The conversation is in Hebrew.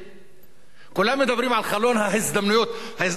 כולם מדברים על חלון ההזדמנויות, חלון הסכנות,